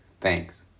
Thanks